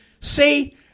say